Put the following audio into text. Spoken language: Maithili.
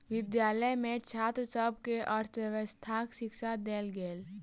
विद्यालय में छात्र सभ के अर्थव्यवस्थाक शिक्षा देल गेल